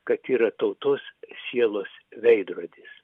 kad yra tautos sielos veidrodis